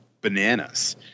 bananas